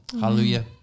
hallelujah